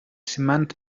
cement